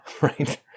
right